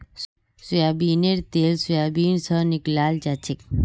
सोयाबीनेर तेल सोयाबीन स निकलाल जाछेक